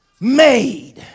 made